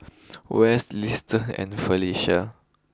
Wes Liston and Felicia